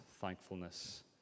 thankfulness